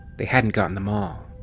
they hadn't gotten them all.